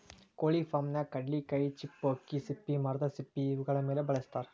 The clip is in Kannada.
ಕೊಳಿ ಫಾರ್ಮನ್ಯಾಗ ಕಡ್ಲಿಕಾಯಿ ಚಿಪ್ಪು ಅಕ್ಕಿ ಸಿಪ್ಪಿ ಮರದ ಸಿಪ್ಪಿ ಇವುಗಳ ಮೇಲೆ ಬೆಳಸತಾರ